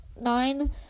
nine